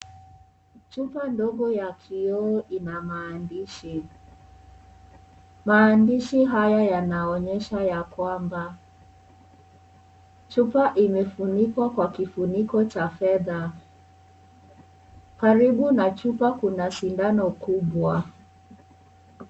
Chupa ndogo ya kiyoweo ina maandishi, maandishi haya yanaonyesha ya kwamba chupa imefunikwa kwa kifuniko cha fedha, karibu na chupa kuna sindano kubwa.